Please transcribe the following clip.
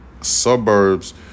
suburbs